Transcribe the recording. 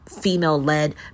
female-led